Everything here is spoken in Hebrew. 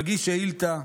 מגיש שאילתה,